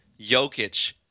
Jokic